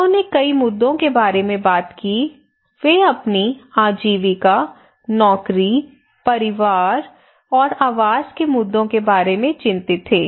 लोगों ने कई मुद्दों के बारे में बात की वे अपनी आजीविका नौकरी परिवार और आवास के मुद्दों के बारे में चिंतित थे